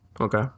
okay